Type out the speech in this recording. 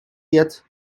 yet